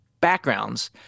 backgrounds